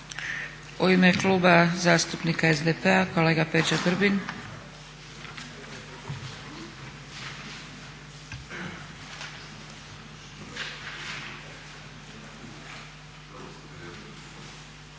U ime Kluba zastupnika SDP-a kolega Peđa Grbin.